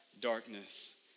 darkness